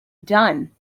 done